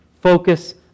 Focus